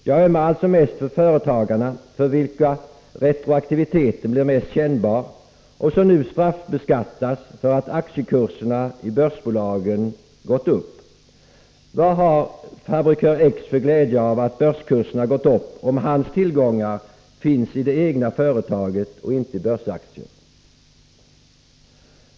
Jag ömmar alltså mest för företagarna, för vilka retroaktiviteten blir mest kännbar och som nu straffbeskattas för att aktiekurserna i börsbolagen gått upp. Vad har fabrikör X för glädje av att börskurserna gått upp, om hans tillgångar finns i det egna företaget och inte i börsaktier?